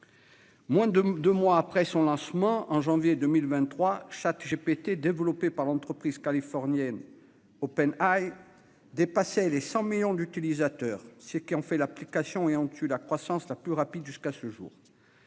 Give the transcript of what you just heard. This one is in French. Moins de deux mois après son lancement, en janvier 2023, ChatGPT, développé par l'entreprise californienne OpenAI, dépassait les 100 millions d'utilisateurs, ce qui en fait à ce jour l'application ayant connu la croissance la plus rapide.